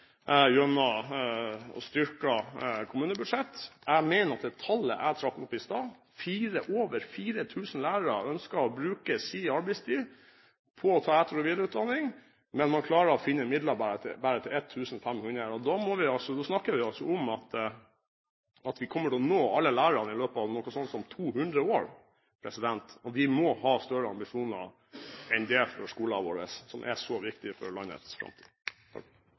gjennom et styrket kommunebudsjett. Jeg trakk fram noen tall i sted, at over 4 000 lærere ønsker å bruke sin arbeidstid på etter- og videreutdanning, men at man bare klarer å finne midler til 1 500. Da snakker vi om at vi kommer til å nå alle lærerne i løpet av noe sånt som 200 år. Vi må ha større ambisjoner enn det for skolen, som er så viktig for landets framtid.